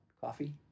coffee